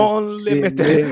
Unlimited